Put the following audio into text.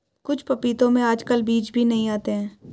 कुछ पपीतों में आजकल बीज भी नहीं आते हैं